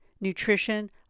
nutrition